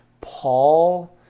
Paul